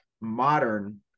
modern